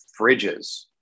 fridges